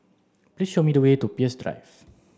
please show me the way to Peirce Drive